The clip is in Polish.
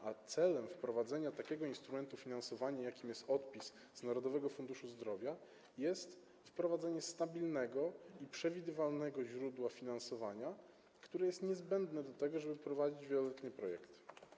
A celem wprowadzenia takiego instrumentu finansowania, jakim jest odpis z Narodowego Funduszu Zdrowia, jest wprowadzenie stabilnego i przewidywalnego źródła finansowania, które jest niezbędne do tego, żeby prowadzić wieloletnie projekty.